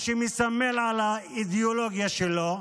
מה שמסמל את האידיאולוגיה שלו,